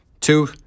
two